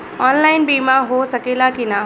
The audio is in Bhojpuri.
ऑनलाइन बीमा हो सकेला की ना?